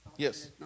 Yes